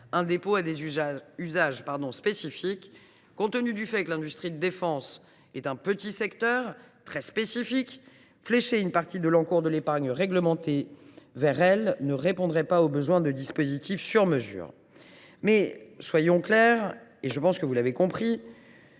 un dépôt à des usages spécifiques. Compte tenu du fait que l’industrie de défense est un petit secteur très spécifique, flécher une partie de l’encours de l’épargne réglementée vers elle ne répondrait pas aux besoins de dispositifs sur mesure. Néanmoins, soyons clairs : ainsi que vous l’avez compris,